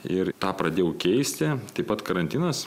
ir tą pradėjau keisti taip pat karantinas